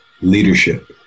Leadership